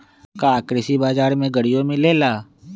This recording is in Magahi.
का कृषि बजार में गड़ियो मिलेला?